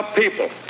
people